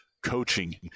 coaching